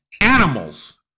animals